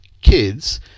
kids